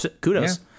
kudos